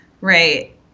right